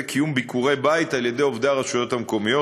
קיום ביקורי בית על-ידי עובדי הרשויות המקומיות,